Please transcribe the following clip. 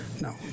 No